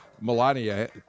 Melania